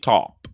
Top